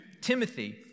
Timothy